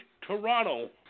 Toronto